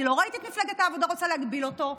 אני לא ראיתי את מפלגת העבודה רוצה להגביל אותו.